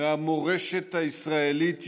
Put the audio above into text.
מהמורשת הישראלית יום-יום,